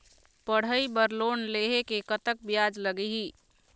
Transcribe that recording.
पढ़ई बर लोन लेहे ले कतक ब्याज लगही?